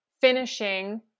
Finishing